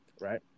right